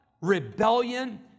rebellion